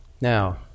Now